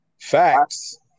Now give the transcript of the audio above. Facts